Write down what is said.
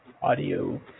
Audio